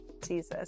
Jesus